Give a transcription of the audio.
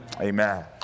Amen